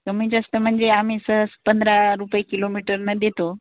कमी जास्त म्हणजे आम्ही असं पंधरा रुपये किलोमीटरनं देतो